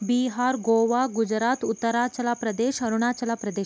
Bihar Goa Gujarat Uttaranchal Pradesh Arunachal Pradesh